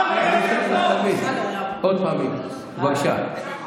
להראות לך, גפני.